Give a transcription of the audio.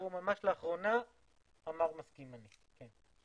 ממש לאחרונה הוא אמר "מסכים אני", כן.